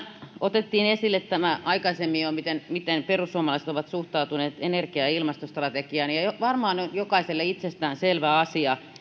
otettiin esille jo aikaisemmin tämä miten perussuomalaiset ovat suhtautuneet energia ja ja ilmastostrategiaan ja ja varmaan on jokaiselle itsestään selvä asia